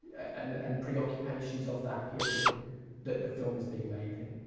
and and preoccupations of that period that the film is being made in.